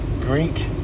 Greek